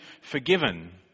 forgiven